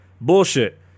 bullshit